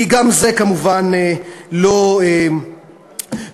כי גם זה כמובן לא פורסם.